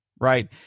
Right